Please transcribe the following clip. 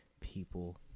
people